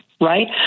right